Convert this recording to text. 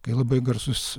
kai labai garsus